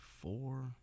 four